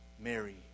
Mary